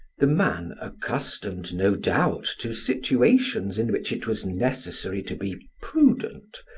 the man, accustomed no doubt to situations in which it was necessary to be prudent,